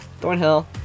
Thornhill